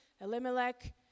Elimelech